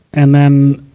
and then,